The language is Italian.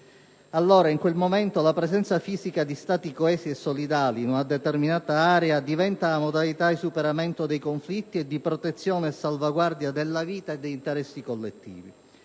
ignorata. In quel momento, allora, la presenza fisica di Stati coesi e solidali in una determinata area diventa la modalità di superamento dei conflitti e di protezione e salvaguardia della vita e di interessi collettivi.